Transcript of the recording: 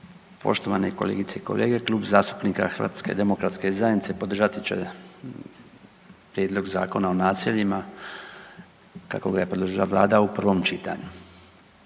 poštovane kolegice i kolege. Klub zastupnika HDZ-a podržati će prijedlog Zakona o naseljima kako ga je predložila vlada u prvom čitanju.